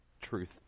truth